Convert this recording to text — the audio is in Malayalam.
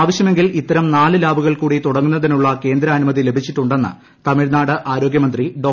ആവശ്യമെങ്കിൽ ഇത്തരം നാല് ലാബുകൾ കൂടി തുടങ്ങുന്നതിനുള്ള കേന്ദ്രാനുമതി ലഭിച്ചിട്ടുണ്ടെന്ന് തമിഴ്നാട് ആരോഗ്യമന്ത്രി ഡോ